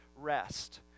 rest